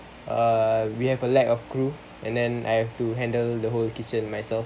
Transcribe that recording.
err we have a lack of crew and then I have to handle the whole kitchen myself